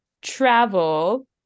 travel